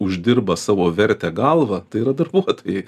uždirba savo vertę galva tai yra darbuotojai